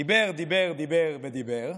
דיבר, דיבר ודיבר,